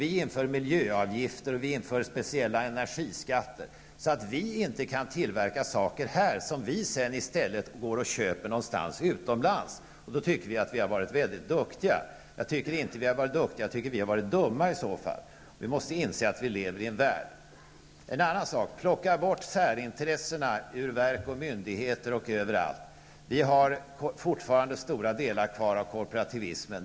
Vi inför miljöavgifter och speciella energiskatter, så att vi inte kan tillverka saker här i Sverige utan måste köpa dem utomlands. Då tycker vi att vi har varit mycket duktiga. Jag tycker inte att vi har varit duktiga, utan jag tycker att vi i så fall har varit dumma. Vi måste inse att vi lever i en värld. En annan sak. Plocka bort särintressena ur verk och myndigheter och överallt. Vi har fortfarande stora delar av korporativismen kvar.